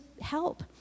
help